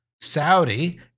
Saudi